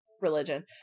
religion